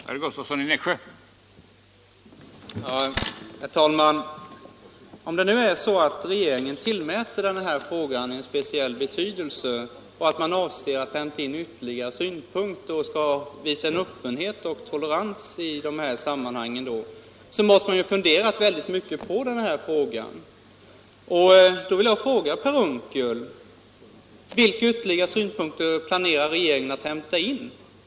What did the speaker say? Herr talman! Om regeringen nu tillmäter denna fråga en speciell betydelse och avser att hämta in ytterligare synpunkter, att visa öppenhet och tolerans i dessa sammamhang, måste den ha funderat väldigt mycket på denna fråga. Därför vill jag fråga Per Unckel: Vilka ytterligare synpunkter planerar regeringen att hämta in?